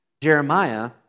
Jeremiah